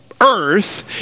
earth